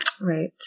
Right